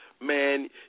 man